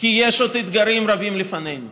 כי יש עוד אתגרים רבים לפנינו.